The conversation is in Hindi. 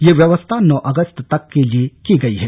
यह व्यवस्था नौ अगस्त तक के लिए की गई है